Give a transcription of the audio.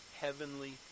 heavenly